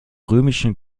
römischen